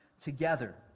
together